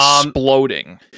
exploding